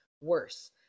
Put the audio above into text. worse